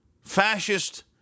fascist